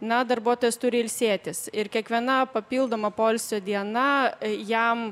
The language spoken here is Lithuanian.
na darbuotojas turi ilsėtis ir kiekviena papildoma poilsio diena jam